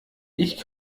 ich